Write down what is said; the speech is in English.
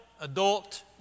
adult